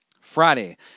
Friday